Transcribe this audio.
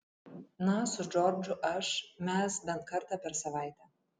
na su džordžu aš mes bent kartą per savaitę